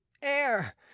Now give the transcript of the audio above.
air